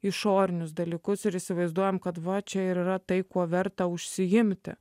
išorinius dalykus ir įsivaizduojam kad va čia ir yra tai kuo verta užsiimti